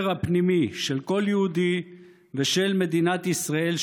הפנימי של כל יהודי ושל מדינת ישראל,